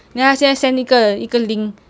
then 他现在 send 一个一个 link